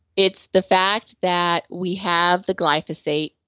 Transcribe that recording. it's the fact that we have the glyphosate,